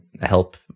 help